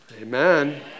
Amen